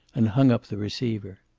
and hung up the receiver.